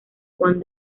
juan